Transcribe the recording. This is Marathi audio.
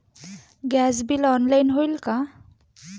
गॅस बिल ऑनलाइन होईल का?